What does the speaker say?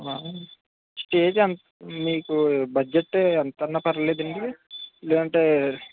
stage ఎంత్ మీకు budget ఎంతన్న పర్లేదండి లేదంటే